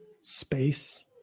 space